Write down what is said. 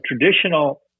traditional